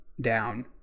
down